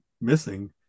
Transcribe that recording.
missing